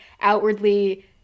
outwardly